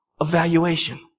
evaluation